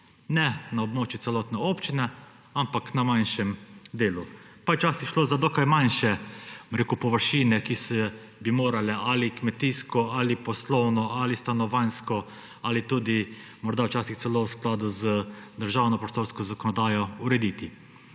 ne na območju celotne občine, ampak na manjšem delu. Pa je včasih šlo za dokaj manjše površine, ki bi se morale ali kmetijsko, ali poslovno, ali stanovanjsko, ali tudi morda včasih celo v skladu z državno prostorsko zakonodajo urediti.